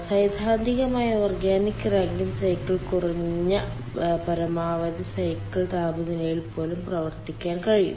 സൈദ്ധാന്തികമായി organic Rankine cycle കുറഞ്ഞ പരമാവധി സൈക്കിൾ താപനിലയിൽ പോലും പ്രവർത്തിക്കാൻ കഴിയും